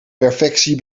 perfectie